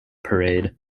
parade